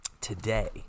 Today